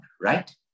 right